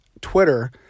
Twitter